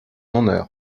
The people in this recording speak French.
honneur